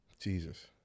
Jesus